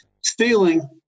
stealing